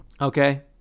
Okay